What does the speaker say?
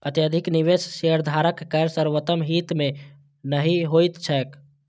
अत्यधिक निवेश शेयरधारक केर सर्वोत्तम हित मे नहि होइत छैक